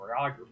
choreography